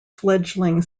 fledgling